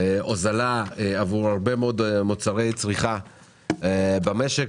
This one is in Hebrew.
הוזלה עבור הרבה מאוד מוצרי צריכה במשק,